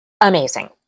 Amazing